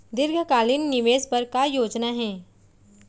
दीर्घकालिक निवेश बर का योजना हे?